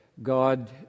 God